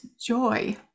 joy